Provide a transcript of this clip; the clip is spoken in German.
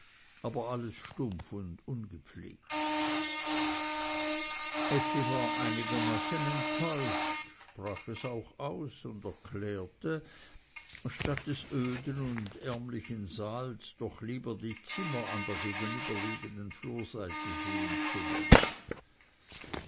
aber alles stumpf und ungepflegt effi war einigermaßen enttäuscht sprach es auch aus und erklärte statt des öden und ärmlichen saals doch lieber die zimmer an der gegenübergelegenen flurseite sehen zu wollen